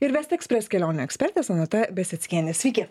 ir west express kelionių ekspertė sonata beseckienė sveiki